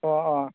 ꯑꯣ ꯑꯣ